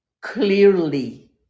clearly